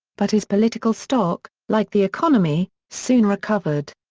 but his political stock, like the economy, soon recovered.